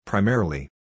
Primarily